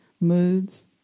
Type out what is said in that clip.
moods